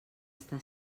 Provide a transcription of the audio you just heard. està